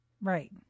Right